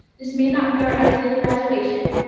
this may not be our ideal graduation,